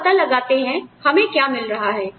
हम पता लगाते हैं हमें क्या मिल रहा है